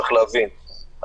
צריך להבין,